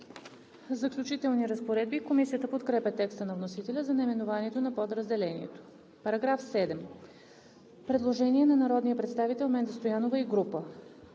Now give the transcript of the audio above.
„Заключителни разпоредби“. Комисията подкрепя текста на вносителя за наименованието на подразделението. По § 7 има предложение на народния представител Менда Стоянова и група